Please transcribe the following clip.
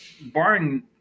Barring